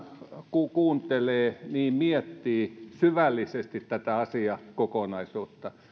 kun kuuntelee niin miettii syvällisesti tätä asiakokonaisuutta